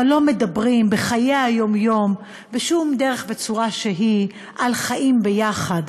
אבל לא מדברים בחיי היום-יום בשום דרך וצורה על חיים יחד,